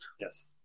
Yes